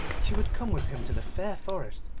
she would come with him to the fair forest,